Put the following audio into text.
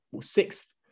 sixth